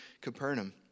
Capernaum